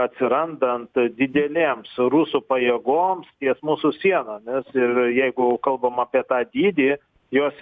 atsirandant didelėms rusų pajėgoms ties mūsų sienomis ir jeigu kalbam apie tą dydį jos